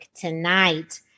tonight